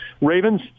Ravens